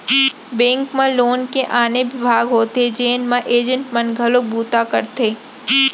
bank म loan के आने बिभाग होथे जेन म एजेंट मन घलोक बूता करथे